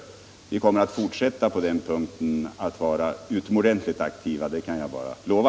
Vi kommer att fortsätta att vara utomordentligt aktiva på denna punkt — det kan jag lova.